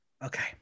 Okay